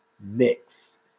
mix